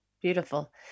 Beautiful